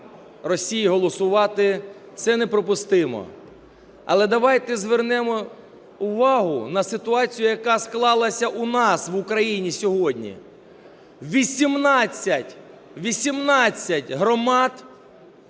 Росії голосувати – це неприпустимо. Але давайте звернемо увагу на ситуацію, яка склалася у нас в Україні сьогодні. 18 громад